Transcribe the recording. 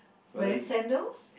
wearing sandals